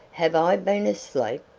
have i been asleep?